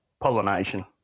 pollination